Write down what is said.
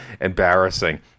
embarrassing